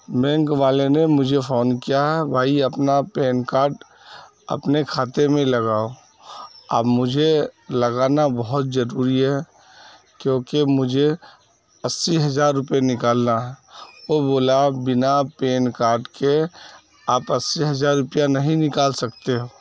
bank والے نے مجھے فون کیا ہے بھائی اپنا پین کارڈ اپنے کھاتے میں لگاؤ اب مجھے لگانا بہت ضروری ہے کیوںکہ مجھے اسی ہزار روپئے نکالنا ہے وہ بولا بنا پین کارڈ کے آپ اسی ہزار روپیہ نہیں نکال سکتے ہو